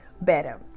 better